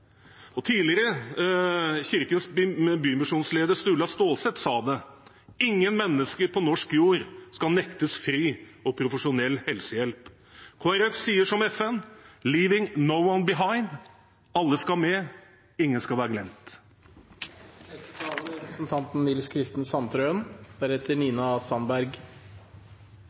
ansvar? Tidligere leder i Kirkens Bymisjon Sturla Stålsett sa det: Ingen mennesker på norsk jord skal nektes fri og profesjonell helsehjelp. Kristelig Folkeparti sier som FN: «Leaving no one behind». Alle skal med, ingen skal være